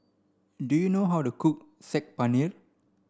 do you know how to cook Saag Paneer